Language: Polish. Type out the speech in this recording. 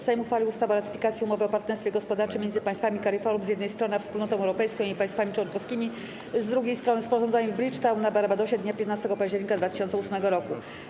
Sejm uchwalił ustawę o ratyfikacji Umowy o partnerstwie gospodarczym między państwami CARIFORUM, z jednej strony, a Wspólnotą Europejską i jej państwami członkowskimi, z drugiej strony, sporządzonej w Bridgetown na Barbadosie dnia 15 października 2008 r.